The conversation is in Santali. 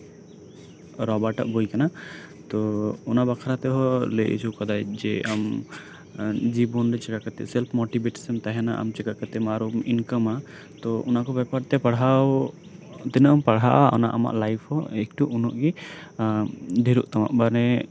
ᱨᱚᱵᱟᱨᱴᱟᱜ ᱵᱳᱭ ᱠᱟᱱᱟ ᱛᱚ ᱚᱱᱟ ᱵᱟᱠᱷᱨᱟ ᱛᱮᱦᱚᱸ ᱞᱟᱹᱭ ᱦᱚᱪᱚ ᱠᱟᱫᱟ ᱡᱤᱵᱚᱱ ᱨᱮ ᱥᱮᱞᱯ ᱢᱳᱴᱤᱵᱷᱮᱴ ᱪᱮᱫᱞᱮᱠᱟ ᱠᱟᱛᱮᱢ ᱛᱟᱦᱮᱸᱱᱟ ᱟᱨᱮᱢ ᱤᱱᱠᱟᱢᱟ ᱛᱚ ᱚᱱᱟ ᱠᱚ ᱵᱮᱯᱟᱨ ᱛᱮ ᱯᱟᱲᱦᱟᱣ ᱛᱤᱱᱟᱹᱜ ᱮᱢ ᱯᱟᱲᱦᱟᱜᱼᱟ ᱩᱱᱟᱹᱜ ᱜᱮ ᱟᱢᱟᱜ ᱞᱟᱭᱤᱯ ᱦᱚᱸ ᱰᱷᱮᱨᱚᱜ ᱛᱟᱢᱟ